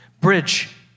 Bridge